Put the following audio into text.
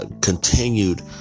continued